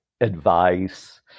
advice